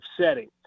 setting